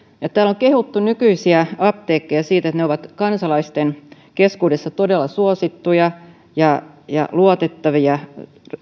täällä on kehuttu nykyisiä apteekkeja siitä että ne ovat kansalaisten keskuudessa todella suosittuja ja ja luotettavia